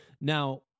Now